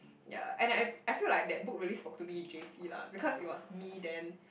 ya and I I feel like that book really spoke to me in J_C lah because it was me then